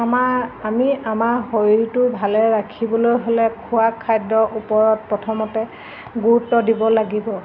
আমাৰ আমি আমাৰ শৰীৰটো ভালে ৰাখিবলৈ হ'লে খোৱা খাদ্যৰ ওপৰত প্ৰথমতে গুৰুত্ব দিব লাগিব